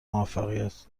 موفقیت